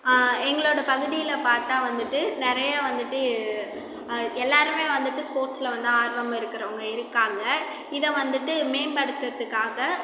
எங்களோடய பகுதியில வந்து பார்த்தா வந்துட்டு நிறையா வந்துட்டு எல்லாருமே வந்துட்டு ஸ்போர்ட்ஸ்ல வந்து ஆர்வம் இருக்கிறவங்க இருக்காங்கள் இதை வந்துட்டு மேம்படுத்துகிறதுக்காக